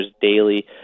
daily